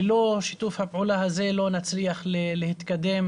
ללא שיתוף הפעולה הזה לא נצליח להתקדם